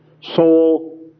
Soul